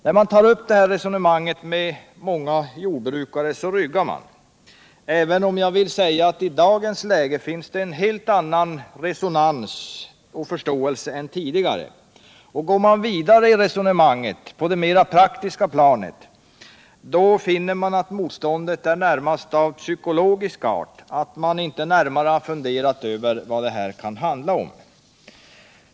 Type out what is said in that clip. När man tar upp den frågan med jordbrukare ryggar många, även om jag vill säga att det i dagens läge finns en långt större förståelse och en helt annan resonans för sådana resonemang än tidigare. Men går man vidare i resonemanget på det mera praktiska planet finner man att motståndet närmast är av psykologisk art, dvs. jordbrukarna har inte närmare funderat över vad det handlar om.